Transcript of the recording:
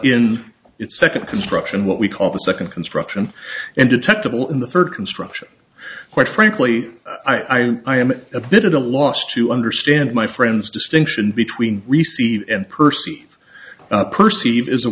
in its second construction what we call the second construction undetectable in the third construction quite frankly i am a bit at a loss to understand my friend's distinction between reseed and percy percy eve is a